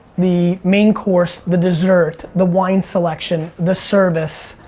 the main course, the dessert, the wine selection, the service,